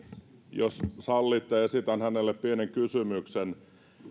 jos sallitte esitän hänelle pienen kysymyksen